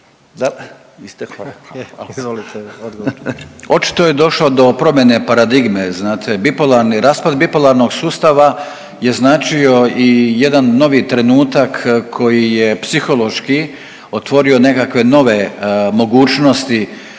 Očito je došlo do promjene paradigme, znate bipolarni raspad bipolarnog sustava je značio i jedan novi trenutak koji je psihološki otvorio nekakve nove mogućnosti,